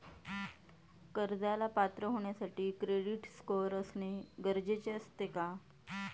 कर्जाला पात्र होण्यासाठी क्रेडिट स्कोअर असणे गरजेचे असते का?